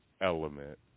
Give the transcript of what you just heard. element